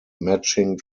matching